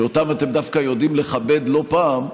שאותם אתם דווקא יודעים לכבד לא פעם,